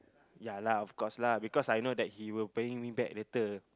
ya lah of course lah because I know that he will be paying me back later